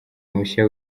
mushya